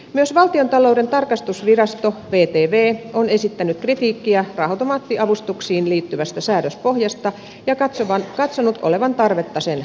myös valtiontalouden tarkastusvirasto vtv on esittänyt kritiikkiä raha automaattiavustuksiin liittyvästä säädöspohjasta ja katsonut olevan tarvetta sen tarkistamiseen